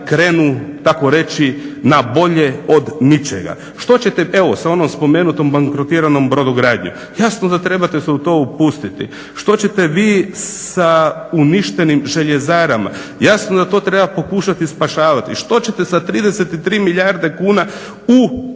krenu takoreći na bolje od ničega. Što ćete, evo sa onom spomenutom bankrotiranom brodogradnjom? Jasno da trebate se u to upustiti. Što ćete vi sa uništenim željezarama? Jasno da to treba pokušati spašavati. Što ćete sa 33 milijarde kuna u